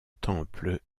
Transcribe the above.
temple